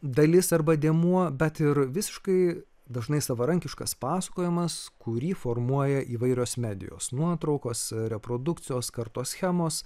dalis arba dėmuo bet ir visiškai dažnai savarankiškas pasakojimas kurį formuoja įvairios medijos nuotraukos reprodukcijos kartoschemos